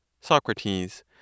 Socrates